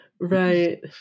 Right